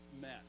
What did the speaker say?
mess